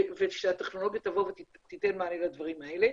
ושהטכנולוגיה תבוא ותיתן מענה לדברים האלה,